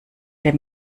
der